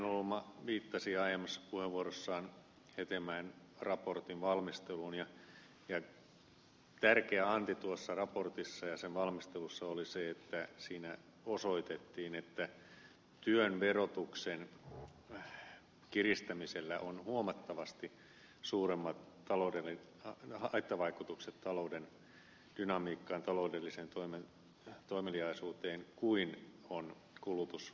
heinäluoma viittasi aiemmassa puheenvuorossaan hetemäen raportin valmisteluun ja tärkeä anti tuossa raportissa ja sen valmistelussa oli se että siinä osoitettiin että työn verotuksen kiristämisellä on huomattavasti suuremmat haittavaikutukset talouden dynamiikkaan taloudelliseen toimeliaisuuteen kuin on kulutusverotuksen kohdalla